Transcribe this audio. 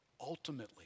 ultimately